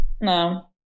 no